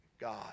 God